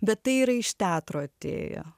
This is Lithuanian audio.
bet tai yra iš teatro atėję